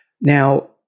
Now